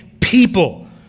people